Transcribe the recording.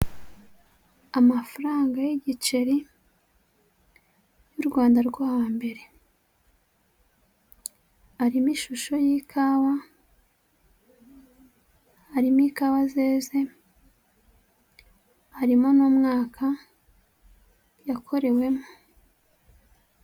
Amafaranga y'igiceri, y'u Rwanda rwo hambere, arimo ishusho y'ikawa, harimo ikawa zeze, harimo n'umwaka yakorewemo.